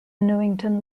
newington